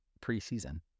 preseason